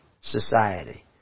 society